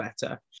better